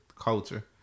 culture